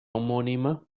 homónima